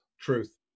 Truth